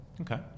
Okay